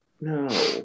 No